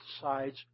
sides